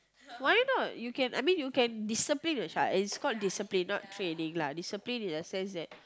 why not you can I mean you can discipline the child it's called discipline not training lah discipline in the sense that